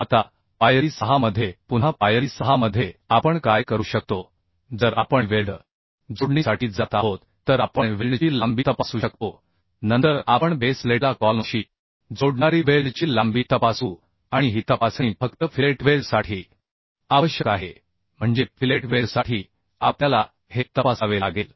आता पायरी 6 मध्ये पुन्हा पायरी 6 मध्ये आपण काय करू शकतो जर आपण वेल्ड जोडणीसाठी जात आहोत तर आपण वेल्डची लांबी तपासू शकतो नंतर आपण बेस प्लेटला कॉलमशी जोडणारी वेल्डची लांबी तपासू आणि ही तपासणी फक्त फिलेट वेल्डसाठी आवश्यक आहे म्हणजे फिलेट वेल्डसाठी आपल्याला हे तपासावे लागेल